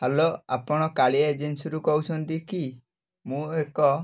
hello ଆପଣ କାଳିଆ ଏଜେନ୍ସିରୁ କହୁଛନ୍ତି କି ମୁଁ ଏକ